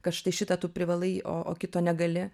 kad štai šitą tu privalai o o kito negali